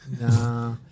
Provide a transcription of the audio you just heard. Nah